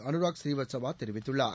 அனுராக் ஸ்ரீவத்ஸவா தெரிவித்துள்ளார்